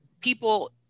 people